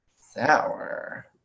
Sour